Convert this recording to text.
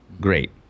Great